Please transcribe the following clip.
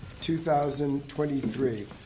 2023